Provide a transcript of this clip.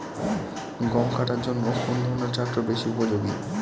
গম কাটার জন্য কোন ধরণের ট্রাক্টর বেশি উপযোগী?